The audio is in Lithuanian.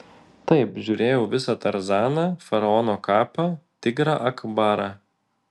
taip žiūrėjau visą tarzaną faraono kapą tigrą akbarą